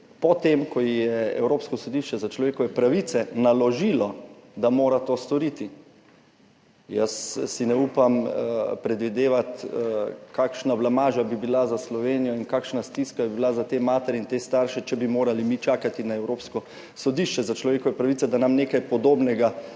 po tem, ko ji je Evropsko sodišče za človekove pravice naložilo, da mora to storiti. Jaz si ne upam predvidevati, kakšna blamaža bi bila za Slovenijo in kakšna stiska bi bila za te matere in te starše, če bi morali mi čakati na Evropsko sodišče za človekove pravice, da nam nekaj podobnega